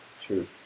True